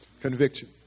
Conviction